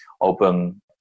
open